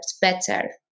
better